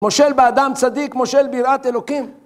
מושל באדם צדיק, מושל ביראת אלוקים